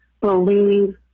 believe